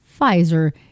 Pfizer